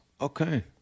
Okay